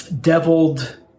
deviled